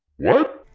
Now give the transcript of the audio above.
what?